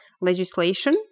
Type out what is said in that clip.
legislation